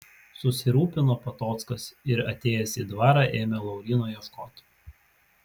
susirūpino patockas ir atėjęs į dvarą ėmė lauryno ieškoti